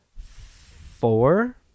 four